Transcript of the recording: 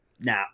Nah